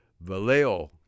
Vallejo